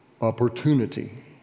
opportunity